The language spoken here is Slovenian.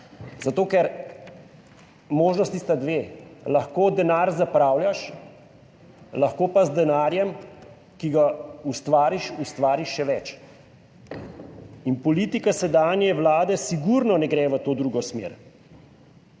Zato ker možnosti sta dve: lahko denar zapravljaš, lahko pa z denarjem, ki ga ustvari še več in politika sedanje vlade sigurno ne gre v to drugo smer,